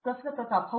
ಪ್ರತಾಪ್ ಹರಿದಾಸ್ ಹೌದು